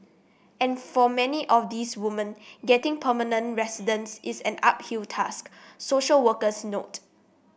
and for many of these woman getting permanent residence is an uphill task social workers note